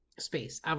Space